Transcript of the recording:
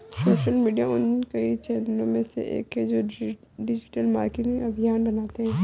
social media उन कई चैनलों में से एक है जो डिजिटल मार्केटिंग अभियान बनाते हैं